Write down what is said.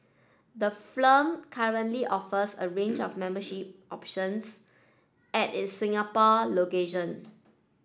the currently offers a range of membership options at its Singapore location